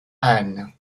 han